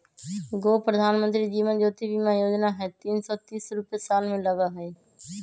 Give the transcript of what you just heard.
गो प्रधानमंत्री जीवन ज्योति बीमा योजना है तीन सौ तीस रुपए साल में लगहई?